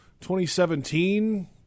2017